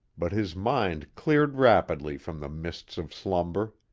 but his mind cleared rapidly from the mists of slumber.